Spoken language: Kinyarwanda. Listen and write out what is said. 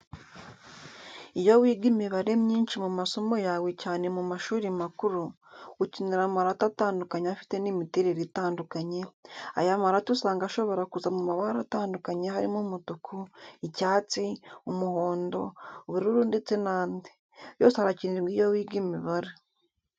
Iyo wiga imibare myinshi mu masomo yawe cyane mu mashuri makuru, ukenera amarate atandukanye afite n'imiterere itandukanye, aya marate usanga ashobora kuza mu mabara atandukanye harimo umutuku, icyatsi, umuhondo, ubururu ndetse n'andi. Yose arakenerwa iyo wiga imibare.